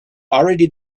already